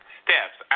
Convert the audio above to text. steps